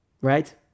right